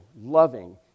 loving